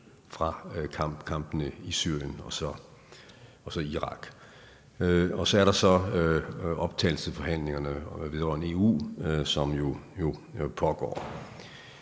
fra kampene i Syrien og Irak. Så er der optagelsesforhandlingerne vedrørende EU, som pågår.